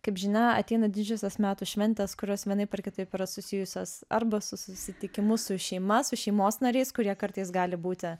kaip žinia ateina didžiosios metų šventės kurios vienaip ar kitaip yra susijusios arba su susitikimu su šeima su šeimos nariais kurie kartais gali būti